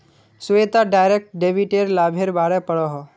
Shweta direct डेबिटेर लाभेर बारे पढ़ोहो